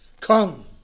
Come